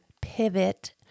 pivot